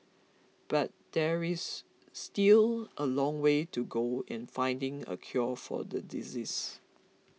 but there is still a long way to go in finding a cure for the disease